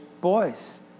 boys